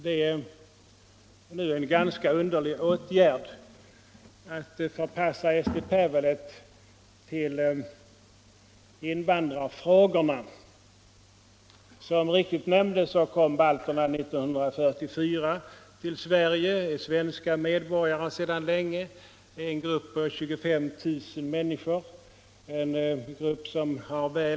Det är en ganska underlig åtgärd att förpassa Eesti Päevaleht till invandrarfrågorna. Som helt riktigt nämndes kom balterna till Sverige 1944. Det är en grupp på ca 25 000 människor, många har varit svenska medborgare länge.